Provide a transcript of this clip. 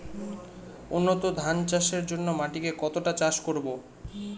উন্নত ধান চাষের জন্য মাটিকে কতটা চাষ করব?